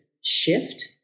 shift